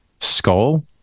skull